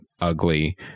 ugly